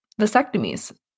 vasectomies